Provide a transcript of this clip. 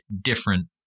different